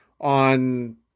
on